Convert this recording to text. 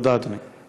תודה, אדוני.